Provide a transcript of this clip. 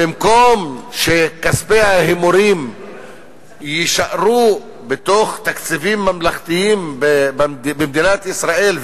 במקום שכספי ההימורים יישארו בתוך תקציבים ממלכתיים במדינת ישראל,